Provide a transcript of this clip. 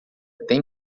tem